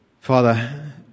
Father